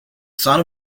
son